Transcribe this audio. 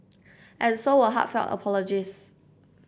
and so were heartfelt apologies